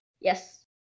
Yes